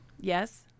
Yes